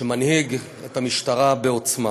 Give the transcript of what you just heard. שמנהיג את המשטרה בעוצמה,